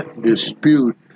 dispute